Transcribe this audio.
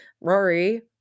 rory